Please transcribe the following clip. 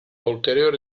ulteriore